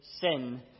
sin